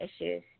issues